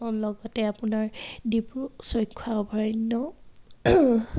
লগতে আপোনাৰ ডিব্ৰুচৈখোৱা অভয়াৰণ্য়